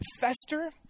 fester